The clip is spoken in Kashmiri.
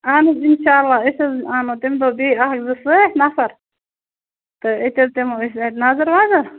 اہن حظ اِنشاء اللہ أسۍ حظ آنو تَمہِ دۄہ بیٚیہِ اَکھ زٕ سۭتۍ نَفَر تہٕ أتۍ حظ دِمو أسۍ اَتہِ نظر وَظر